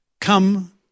Come